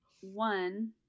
one